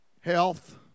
Health